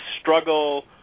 struggle